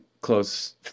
close